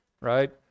right